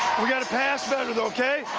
we got to pass better, though,